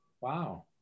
Wow